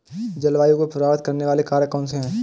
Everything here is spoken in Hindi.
जलवायु को प्रभावित करने वाले कारक कौनसे हैं?